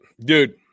Dude